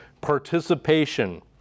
participation